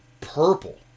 purple